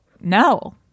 No